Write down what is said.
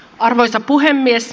arvoisa puhemies